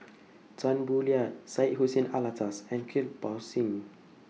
Tan Boo Liat Syed Hussein Alatas and Kirpal Singh